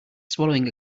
swallowing